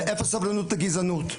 ואפס סובלנות לגזענות.